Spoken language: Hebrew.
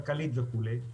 כלכלית וכולי,